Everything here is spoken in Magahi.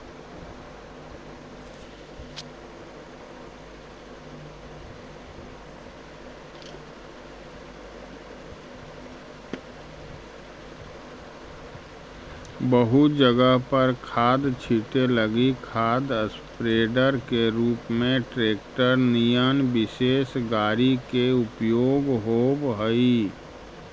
बहुत जगह पर खाद छीटे लगी खाद स्प्रेडर के रूप में ट्रेक्टर निअन विशेष गाड़ी के उपयोग होव हई